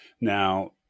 now